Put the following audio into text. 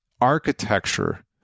architecture